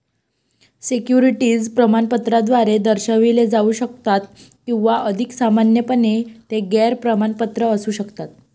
securities प्रमाणपत्राद्वारे दर्शविले जाऊ शकतात किंवा अधिक सामान्यपणे, ते गैर प्रमाणपत्र असू शकतात